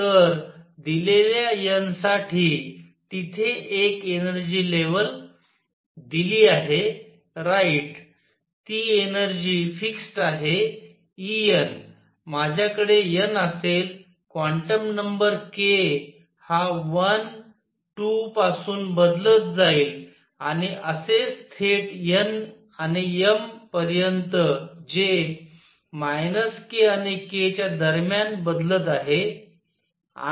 तर दिलेल्या n साठी तिथे एक एनर्जी लेव्हल दिली आहे राईट ती एनर्जी फिक्सड आहे E n माझ्याकडे n असेल क्वांटम नंबर k हा 1 2 पासून बदलत जाईल आणि असेच थेट n आणि m पर्यंत जे k आणि k च्या दरम्यान बदलत आहे